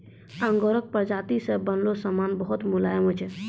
आंगोराक प्राजाती से बनलो समान बहुत मुलायम होय छै